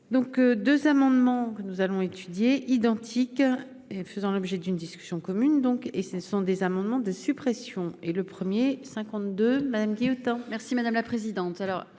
Donc, 2 amendements que nous allons étudier identique et faisant l'objet d'une discussion commune donc, et ce sont des amendements de suppression et le 1er 52 madame dit autant. Merci madame la présidente,